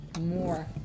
more